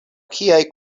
kiaj